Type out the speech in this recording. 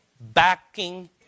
backing